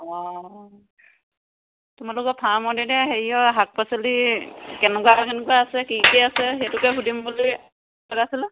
অঁ তোমালোকৰ ফাৰ্মত এতিয়া হেৰি অঁ শাক পাচলি কেনেকুৱা কেনেকুৱা আছে কি কি আছে সেইটোকে সুধিম বুলি